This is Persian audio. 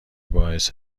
باعث